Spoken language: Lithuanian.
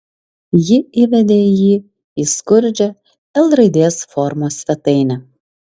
ji įvedė jį į skurdžią l raidės formos svetainę